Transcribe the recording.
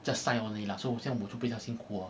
just sign on 而已 lah so 我现在不会这样辛苦哦